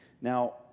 Now